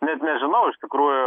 net nežinau iš tikrųjų